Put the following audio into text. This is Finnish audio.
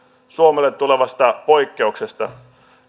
suomelle tulevasta poikkeuksesta